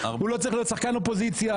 הוא לא צריך להיות שחקן אופוזיציה,